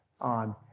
on